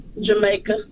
Jamaica